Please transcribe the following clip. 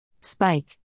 Spike